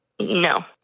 No